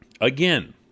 again